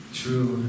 true